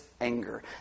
anger